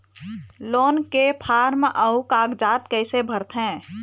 Loan के form अऊ कागजात कइसे भरथें?